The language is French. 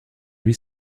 lui